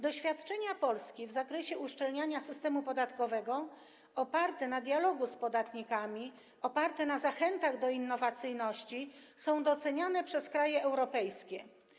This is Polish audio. Doświadczenia Polski w zakresie uszczelniania systemu podatkowego oparte na dialogu z podatnikami, oparte na zachętach do innowacyjności są doceniane przez kraje europejskie.